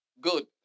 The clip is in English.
Good